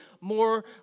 more